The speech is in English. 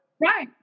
Right